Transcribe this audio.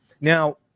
Now